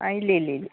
ആ ഇല്ല ഇല്ല ഇല്ല